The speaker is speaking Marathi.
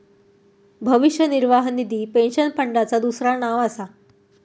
भविष्य निर्वाह निधी पेन्शन फंडाचा दुसरा नाव असा